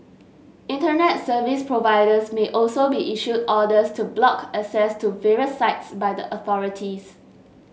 Internet Service Providers may also be issued orders to block access to various sites by the authorities